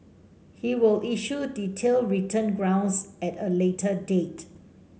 he will issue detailed written grounds at a later date